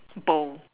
both